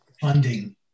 funding